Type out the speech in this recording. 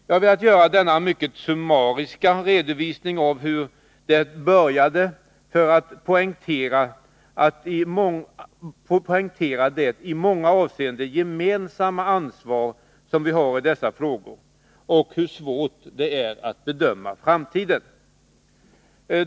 Jag har velat göra denna mycket summariska redovisning av hur det började för att poängtera det i många avseenden gemensamma ansvar som vi har i dessa frågor och hur svårt det är att bedöma framtiden.